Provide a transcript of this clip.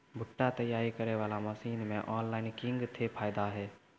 भुट्टा तैयारी करें बाला मसीन मे ऑनलाइन किंग थे फायदा हे?